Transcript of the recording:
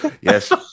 Yes